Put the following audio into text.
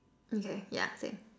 okay yeah same